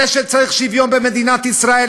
זה שצריך שוויון במדינת ישראל,